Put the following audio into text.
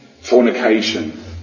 fornication